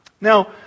Now